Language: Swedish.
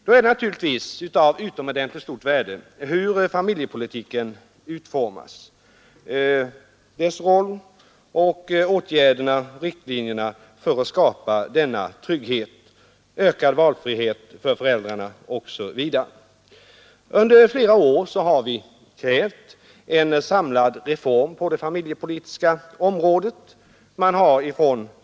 Då är det naturligtvis av utomordentligt stort värde hur familjepolitiken utformas — familjens roll, riktlinjerna för att skapa trygghet och ökad valfrihet för föräldrarna osv. Under flera år har vi krävt en samlad reform på det familjepolitiska området.